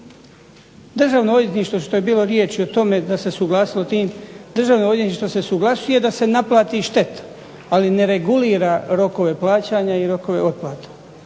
Državno odvjetništvo što je bilo riječi o tome da se suglasilo tim, Državno odvjetništvo se suglasuje da se naplati šteta, ali ne regulira rokove plaćanja i rokove otplata.